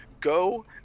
go